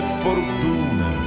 fortuna